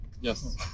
Yes